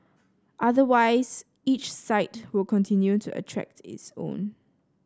otherwise each site will continue to attract its own